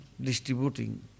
distributing